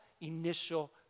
initial